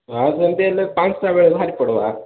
ଆଉ ସେମତି ହେଲେ ପାଞ୍ଚଟା ବେଳେ ବାହାରି ପଡ଼ିବା